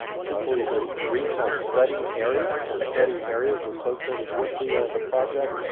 essentially the regional study area, or study areas associated with the the project.